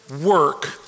work